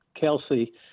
Kelsey